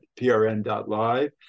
prn.live